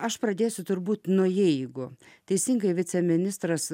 aš pradėsiu turbūt nuo jeigu teisingai viceministras